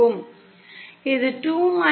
இது 2 minus 4 theta M pi